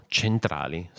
centrali